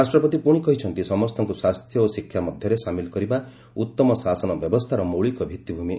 ରାଷ୍ଟ୍ରପତି ପୁଣି କହିଛନ୍ତି ସମସ୍ତଙ୍କୁ ସ୍ୱାସ୍ଥ୍ୟ ଓ ଶିକ୍ଷା ମଧ୍ୟରେ ସାମିଲ୍ କରିବା ଉତ୍ତମ ଶାସନ ବ୍ୟବସ୍ଥାର ମୌଳିକ ଭିତ୍ତିଭୂମି